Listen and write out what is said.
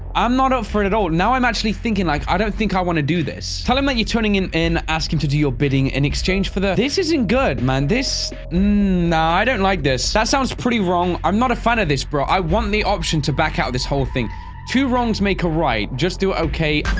i'm not up for it at all now i'm actually thinking like i don't think i want to do this tell him that you're turning him in ask him to do your bidding in exchange for that this isn't good man this no, i don't like this. that sounds pretty wrong. i'm not a fan of this, bro i want the option to back out this whole thing two wrongs make a right. just do okay